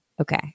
okay